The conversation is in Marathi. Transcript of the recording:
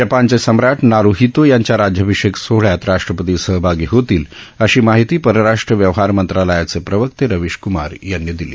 जपानचे सम्राट नारुहितो यांच्या राज्यभिषेक सोहळ्यात राष्ट्रपती सहभागी होतील अशी माहिती परराष्ट्र व्यवहार मंत्रालयाचे प्रवक्ते रवीश क्मार यांनी दिली